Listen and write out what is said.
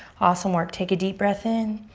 awesome work. take a deep breath in